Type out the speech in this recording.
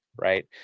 right